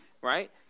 right